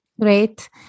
Great